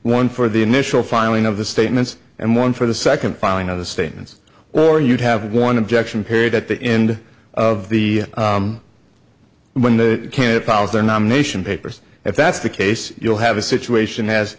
one for the initial finally of the statements and one for the second filing of the statements or you'd have one objection period at the end of the when the candidate files or nomination papers if that's the case you'll have a situation as